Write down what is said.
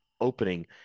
opening